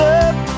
up